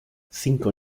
cinco